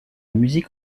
musique